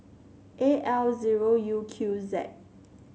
A L zero U Q Z